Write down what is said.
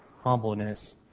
humbleness